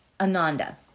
ananda